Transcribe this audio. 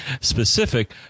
specific